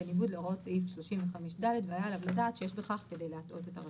בניגוד להוראות סעיף 35(ד) והיה עליו לדעת שיש בכך כדי להטעות את הרשות.